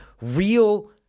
real